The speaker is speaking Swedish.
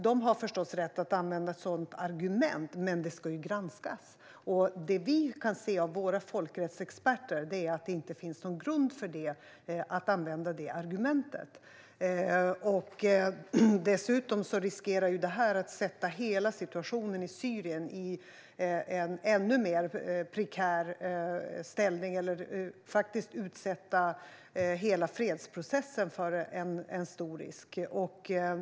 De har förstås rätt att använda ett sådant argument, men det ska ju granskas, och enligt våra folkrättsexperter finns det inte någon grund för att använda det argumentet. Dessutom riskerar det här att göra hela situationen i Syrien ännu mer prekär. Hela fredsprocessen utsätts för en stor risk.